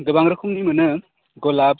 गोबां रोखोमनि मोनो गलाब